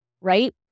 right